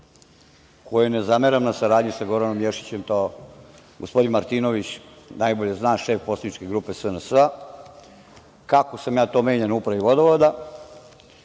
kojoj ne zameram na saradnji sa Goranom Ješićem, to gospodin Martinović najbolje zna, šef Poslaničke grupe SNS-a, kako sam ja to menjan u upravi vodovoda,